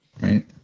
Right